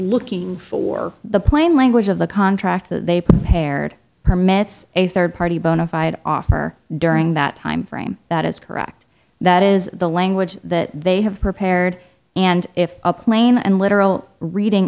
looking for the plain language of the contract they prepared permits a third party bona fide offer during that timeframe that is correct that is the language that they have prepared and if a plane and literal reading